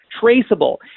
traceable